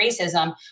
racism